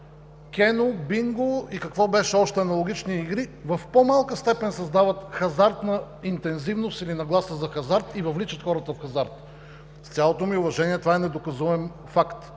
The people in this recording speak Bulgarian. кено, бинго и какво беше още – аналогични игри, в по-малка степен създават хазартна интензивност или нагласа за хазарт и въвличат хората в хазарт. С цялото ми уважение, това е недоказуем факт.